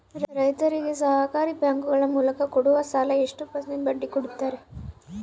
ರೈತರಿಗೆ ಸಹಕಾರಿ ಬ್ಯಾಂಕುಗಳ ಮೂಲಕ ಕೊಡುವ ಸಾಲ ಎಷ್ಟು ಪರ್ಸೆಂಟ್ ಬಡ್ಡಿ ಕೊಡುತ್ತಾರೆ?